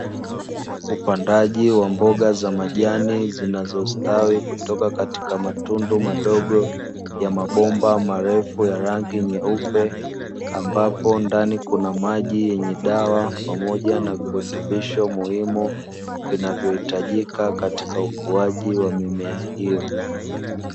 Upandaji wa mboga za majani, zinazostawi kutoka katika matundu madogo ya mabomba marefu ya rangi nyeupe, ambapo ndani kuna maji yenye dawa pamoja na virutubisho muhimu, vinavyohitajika katika ukuaji wa mimea hiyo.